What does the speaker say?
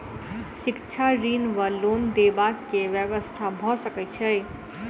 शिक्षा ऋण वा लोन देबाक की व्यवस्था भऽ सकै छै?